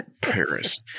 Paris